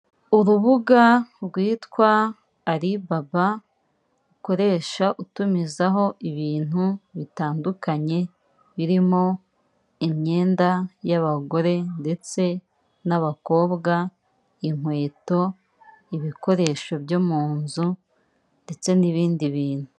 Urubuga rwitwa Alibaba, ukoresha utumizaho ibintu bitandukanye birimo imyenda y'abagore, ndetse n'abakobwa, inkweto, ibikoresho byo mu nzu ndetse n'ibindi bintu.